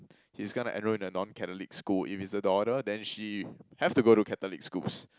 he's gonna enrol in a non-catholic school if it's a daughter then she have to go to catholic schools